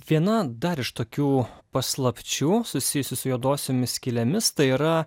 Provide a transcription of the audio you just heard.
viena dar iš tokių paslapčių susijusių su juodosiomis skylėmis tai yra